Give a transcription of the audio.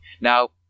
Now